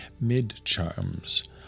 Mid-charms